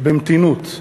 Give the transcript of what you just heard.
במתינות,